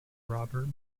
robert